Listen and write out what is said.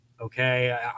Okay